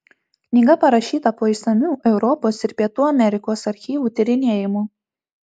knyga parašyta po išsamių europos ir pietų amerikos archyvų tyrinėjimų